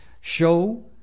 Show